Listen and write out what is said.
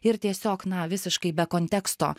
ir tiesiog na visiškai be konteksto